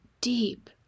deep